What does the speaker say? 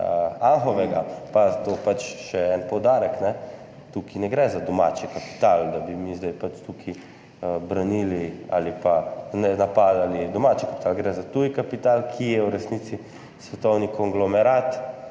Anhovega. Še en poudarek. Tukaj ne gre za domači kapital, da bi mi zdaj tukaj branili ali pa ne napadali domačega kapitala, gre za tuji kapital, ki je v resnici svetovni konglomerat,